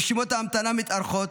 רשימות ההמתנה מתארכות,